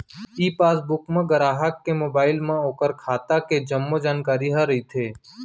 ई passbook म गराहक के मोबाइल म ओकर खाता के जम्मो जानकारी ह रइथे